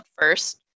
first